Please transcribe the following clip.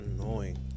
annoying